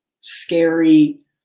scary